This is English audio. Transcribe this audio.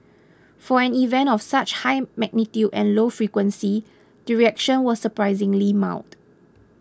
for an event of such high magnitude and low frequency the reaction was surprisingly mild